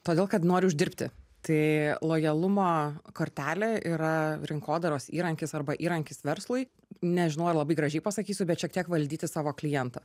todėl kad nori uždirbti tai lojalumo kortelė yra rinkodaros įrankis arba įrankis verslui nežinau ar labai gražiai pasakysiu bet šiek tiek valdyti savo klientą